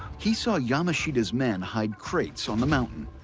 he saw yamashita's men hide crates on the mountain,